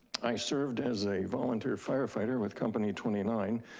i served as a volunteer firefighter with company twenty nine,